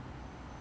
then